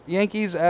Yankees